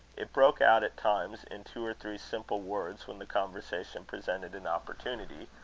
it broke out at times in two or three simple words when the conversation presented an opportunity,